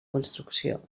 construcció